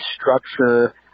structure